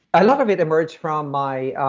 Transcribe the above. a lot of it emerged from my